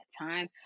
time